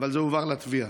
אבל זה הועבר לתביעה?